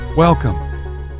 Welcome